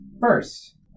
first